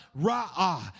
Ra'ah